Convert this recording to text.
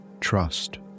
trust